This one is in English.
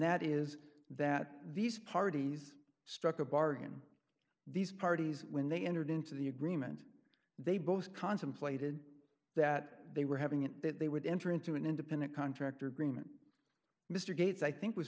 that is that these parties struck a bargain these parties when they entered into the agreement they both contemplated that they were having it that they would enter into an independent contractor agreement mr gates i think was